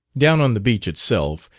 down on the beach itself,